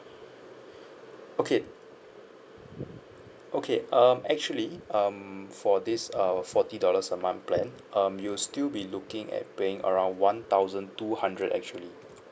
okay okay um actually um for this err forty dollars a month plan um you'll still be looking at paying around one thousand two hundred actually